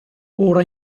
ora